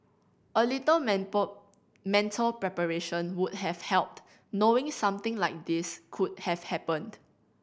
a little mental preparation would have helped knowing something like this could have happened